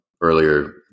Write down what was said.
earlier